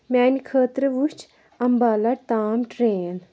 میٛانہِ خٲطرٕ وٕچھ اَمبالا تام ٹرٛین